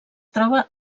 troba